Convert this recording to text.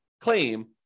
claim